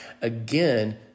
again